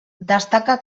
destaca